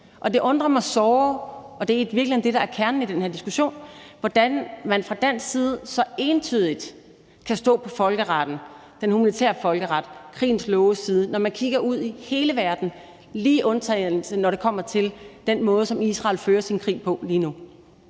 det undrer mig såre – og det er i virkeligheden det, der er kernen i den her diskussion – hvordan man fra dansk side så entydigt kan stå på folkeretten, den humanitære folkeret, på krigens loves side, når man kigger ud i hele verden, lige undtagen når det kommer til den måde, som Israel fører sin krig på lige nu.